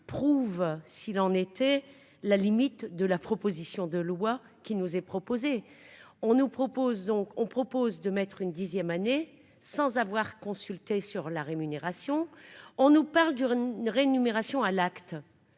prouve s'il en était la limite de la proposition de loi qui nous est proposé, on nous propose donc, on propose de mettre une dixième année sans avoir consulté sur la rémunération, on nous parle d'une rémunération à l'acte,